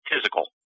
physical